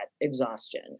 exhaustion